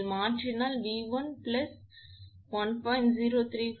நீங்கள் மாற்றினால் அது 𝑉1 1